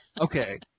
Okay